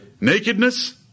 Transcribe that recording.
Nakedness